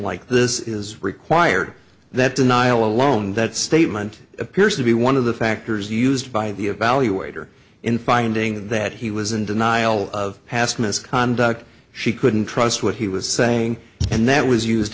this is required that denial alone that statement appears to be one of the factors used by the evaluator in finding that he was in denial of past misconduct she couldn't trust what he was saying and that was used